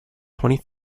twenty